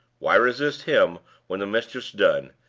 why resist him when the mischief's done,